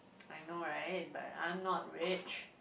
I know right but I'm not rich